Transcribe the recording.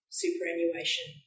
superannuation